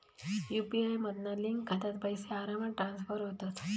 UPI मधना link खात्यात पैशे आरामात ट्रांसफर होतत